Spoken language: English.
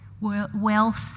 Wealth